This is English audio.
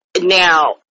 Now